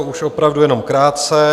Už opravdu jenom krátce.